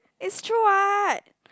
is true [what]